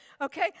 Okay